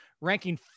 ranking